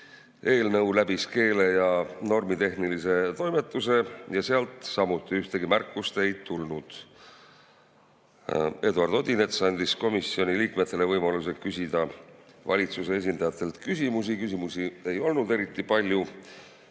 tulnud. Eelnõu läbis keele‑ ja normitehnilise toimetuse ja sealt samuti ühtegi märkust ei tulnud. Eduard Odinets andis komisjoni liikmetele võimaluse küsida valitsuse esindajatelt küsimusi. Küsimusi ei olnud eriti palju.